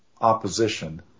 opposition